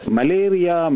Malaria